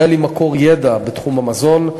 ישראל היא מקור ידע בתחום המזון.